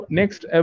next